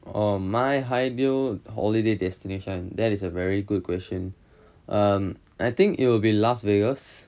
uh my ideal holiday destination that is a very good question um I think it will be las vegas